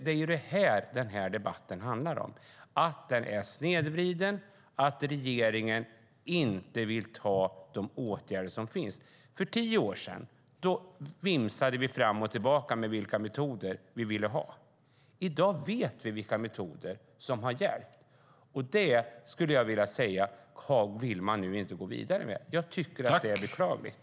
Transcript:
Det är detta den här debatten handlar om: Konkurrensen är snedvriden, och regeringen vill inte vidta de åtgärder som finns. För tio år sedan vimsade vi fram och tillbaka om vilka metoder vi ville ha. I dag vet vi vilka metoder som har hjälpt, och det vill man nu inte gå vidare med. Jag tycker att det är beklagligt.